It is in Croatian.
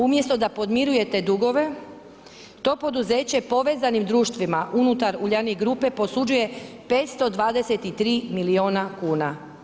Umjesto da podmirujete dugove, to poduzeće je povezanim društvima unutar Uljanik Grupe, posuđuje 523 milijuna kn.